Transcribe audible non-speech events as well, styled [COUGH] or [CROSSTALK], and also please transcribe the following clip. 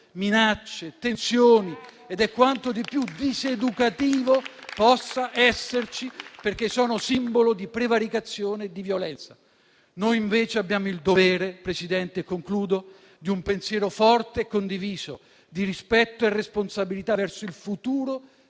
minacce e tensioni [APPLAUSE] ed è quanto di più diseducativo possa esserci, perché sono simbolo di prevaricazione e di violenza. Noi invece abbiamo il dovere di un pensiero forte e condiviso, di rispetto e responsabilità verso il futuro